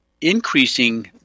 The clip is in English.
increasing